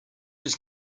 his